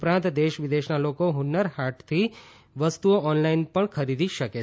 ઉપરાંત દેશ વિદેશના લોકો હુન્નર હાટની વસ્તુઓ ઓનલાઇન પણ ખરીદી શકે છે